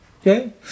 Okay